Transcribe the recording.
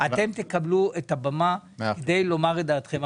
אתם תקבלו את הבמה כדי לומר את דעתכם,